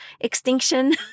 extinction